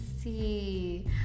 see